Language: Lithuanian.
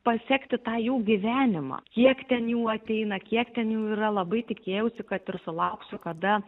pasekti tą jų gyvenimą kiek ten jų ateina kiek ten jų yra labai tikėjausi kad ir sulauksiu kada